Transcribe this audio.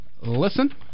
listen